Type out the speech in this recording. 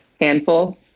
handful